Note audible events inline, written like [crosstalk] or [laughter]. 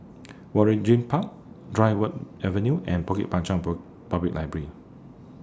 Waringin Park Dryburgh Avenue and Bukit Panjang [unintelligible] Public Library